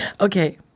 Okay